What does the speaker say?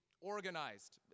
organized